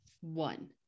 One